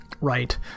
right